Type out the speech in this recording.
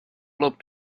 looked